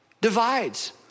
divides